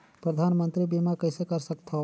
परधानमंतरी बीमा कइसे कर सकथव?